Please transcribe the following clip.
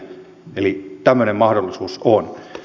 eli tämmöinen mahdollisuus on